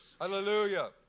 Hallelujah